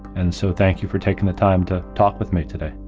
and so, thank you for taking the time to talk with me today.